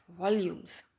volumes